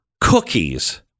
cookies